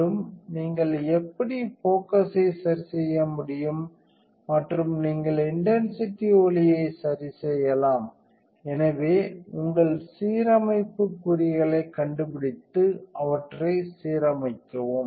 மேலும் நீங்கள் எப்படி ஃபோகஸை சரிசெய்ய முடியும் மற்றும் நீங்கள் இன்டென்சிட்டி ஒளியை சரிசெய்யலாம் எனவே உங்கள் சீரமைப்பு குறிகளைக் கண்டுபிடித்து அவற்றை சீரமைக்கவும்